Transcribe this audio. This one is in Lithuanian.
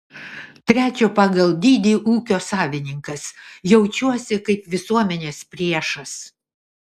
trečio pagal dydį ūkio savininkas jaučiuosi kaip visuomenės priešas